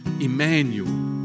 Emmanuel